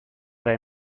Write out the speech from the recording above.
they